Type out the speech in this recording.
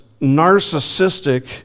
narcissistic